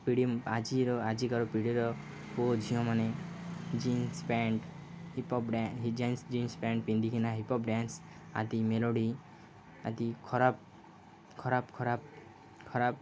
ପିଢ଼ି ଆଜିର ଆଜିକାର ପିଢ଼ିର ପୁଅ ଝିଅମାନେ ଜିନ୍ସ ପ୍ୟାଣ୍ଟ ଜିନ୍ସ ପ୍ୟାଣ୍ଟ ପିନ୍ଧିକିନା ହିପ୍ହପ୍ ଡ଼୍ୟାନ୍ସ ଆଦି ମେଲୋଡ଼ି ଆଦି ଖରାପ ଖରାପ ଖରାପ ଖରାପ